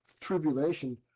tribulation